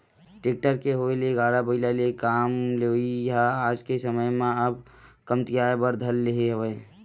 tractor के होय ले गाड़ा बइला ले काम लेवई ह आज के समे म अब कमतियाये बर धर ले हवय